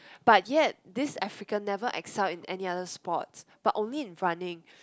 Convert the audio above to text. but yet this African never Excel in any other sports but only in running